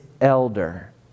elder